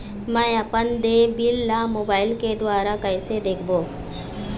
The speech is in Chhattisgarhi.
मैं अपन देय बिल ला मोबाइल के द्वारा कइसे देखबों?